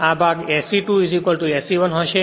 આ ભાગ SE2 SE1 હશે